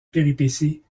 péripéties